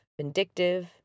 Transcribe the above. vindictive